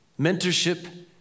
mentorship